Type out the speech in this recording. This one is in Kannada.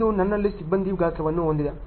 ಇದು ನನ್ನಲ್ಲಿ ಸಿಬ್ಬಂದಿ ಗಾತ್ರವನ್ನು ಹೊಂದಿದೆ